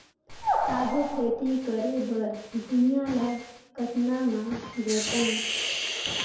आघु खेती करे बर भुइयां ल कतना म जोतेयं?